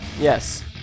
yes